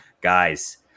Guys